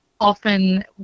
often